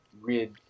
rid